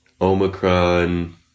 Omicron